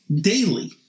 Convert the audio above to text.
daily